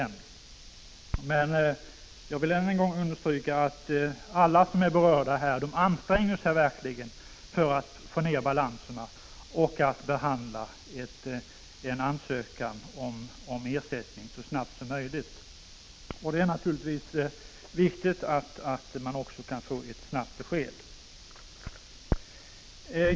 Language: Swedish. Ännu en gång vill jag understryka att samtliga berörda verkligen anstränger sig för att minska balanserna. Målet är att behandla en ansökan om ersättning så snabbt som möjligt. Naturligtvis är det också viktigt att människor snabbt får besked i sådana här ärenden.